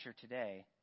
today